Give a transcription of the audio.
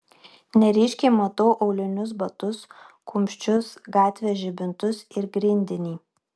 neryškiai matau aulinius batus kumščius gatvės žibintus ir grindinį